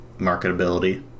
marketability